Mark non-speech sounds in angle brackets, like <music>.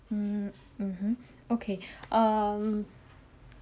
mm mmhmm okay <breath> um